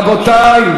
רבותי,